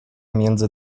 między